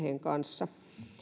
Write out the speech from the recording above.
perheen kanssa